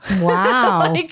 Wow